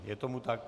Je tomu tak?